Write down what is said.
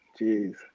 jeez